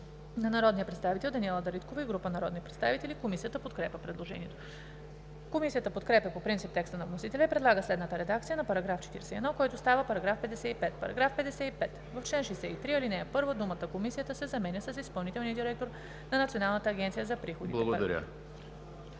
от народния представител Даниела Дариткова и група народни представители. Комисията подкрепя предложението. Комисията подкрепя по принцип текста на вносителя и предлага следната редакция на § 41, който става § 55: „§ 55. В чл. 63, ал. 1 думата „Комисията“ се заменя с „изпълнителния директор на Националната агенция за приходите“.“